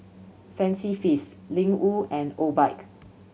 Fancy Feast Ling Wu and Obike